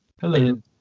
Hello